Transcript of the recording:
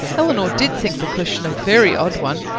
elinor did think the question a very odd one,